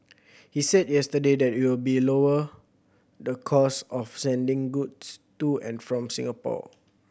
he said yesterday that it will lower the cost of sending goods to and from Singapore